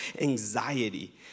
anxiety